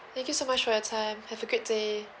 thank you so much for your time have a good day